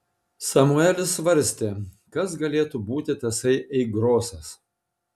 samuelis svarstė kas galėtų būti tasai ei grosas